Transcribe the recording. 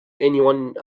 anyone